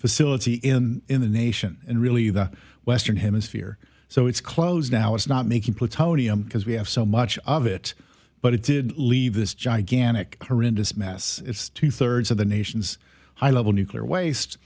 facility in in the nation and really the western hemisphere so it's closed now it's not making plutonium because we have so much of it but it did leave this gigantic her indus mess it's two thirds of the nation's high level nuclear waste